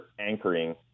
anchoring